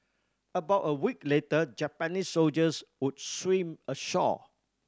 about a week later Japanese soldiers would swim ashore